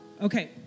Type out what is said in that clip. Okay